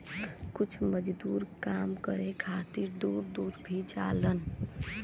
कुछ मजदूर काम करे खातिर दूर दूर भी जालन